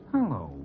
Hello